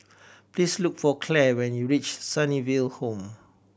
please look for Clair when you reach Sunnyville Home